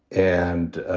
and